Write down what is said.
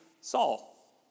Saul